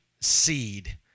seed